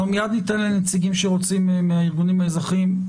אנחנו מיד ניתן לנציגים שרוצים לדבר מהארגונים האזרחיים,